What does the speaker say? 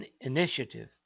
initiative